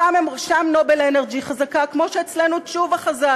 שם "נובל אנרג'י" חזקה כמו שאצלנו תשובה חזק.